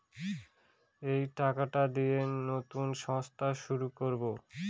এই টাকা দিয়ে নতুন সংস্থা শুরু করবো